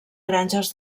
granges